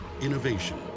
Innovation